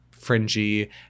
fringy